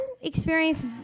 experience